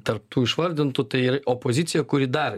tarp tų išvardintų tai opozicija kuri dar